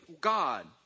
God